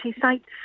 sites